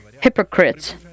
hypocrites